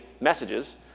messages